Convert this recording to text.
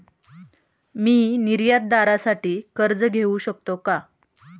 मी निर्यातदारासाठी कर्ज घेऊ शकतो का?